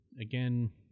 Again